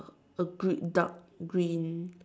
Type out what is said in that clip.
a gre~ dark green